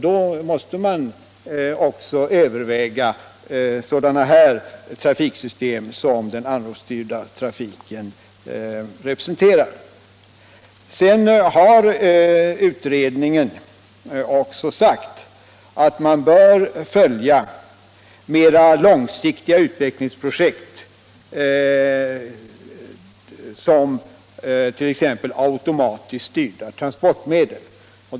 Då måste vi också överväga sådana trafiksystem som den anropsstyrda trafiken representerar. Utredningen har också sagt att man bör följa mera långsiktiga utvecklingsprojekt, t.ex. automatiskt styrda trafikmedel.